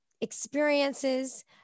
experiences